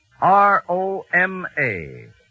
R-O-M-A